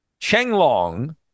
Chenglong